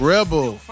Rebel